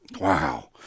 Wow